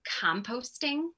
composting